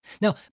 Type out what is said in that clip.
Now